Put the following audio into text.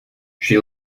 she